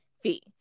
fee